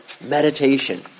Meditation